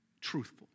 truthful